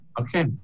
Okay